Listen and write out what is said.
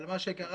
אבל מה שקרה,